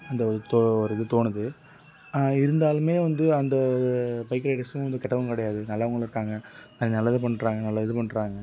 அந்த ஒரு தோ ஒரு இது தோணுது இருந்தாலுமே வந்து அந்த பைக் ரைடர்ஸும் வந்து கெட்டவங்க கிடையாது நல்லவங்களும் இருக்காங்க நல்லது பண்ணுறாங்க நல்ல இது பண்ணுறாங்க